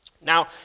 Now